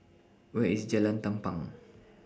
Where IS Jalan Tampang